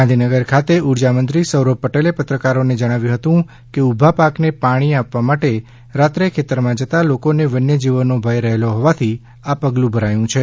ગાંધીનગર ખાતે ઉર્જા મંત્રી સૌરભ પટેલે પત્રકારોને જણાવ્યુ હતું કે ઊભા પાકને પાણી આપવા માટે રાત્રે ખેતરમાં જતાં લોકોને વન્ય જીવોનો ભય રહેલો હોવાથી આ પગલું ભરાયું છે